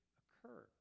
occur